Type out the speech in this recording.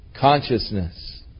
consciousness